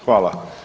Hvala.